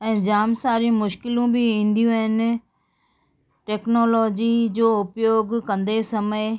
ऐं जाम सारियूं मुश्किलूं बि ईंदियूं आहिनि टेक्नोलॉजी जो उपयोग कंदे समय